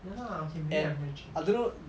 ya lah okay maybe I go and change